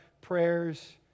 prayers